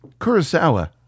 Kurosawa